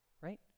right